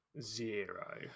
Zero